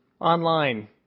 online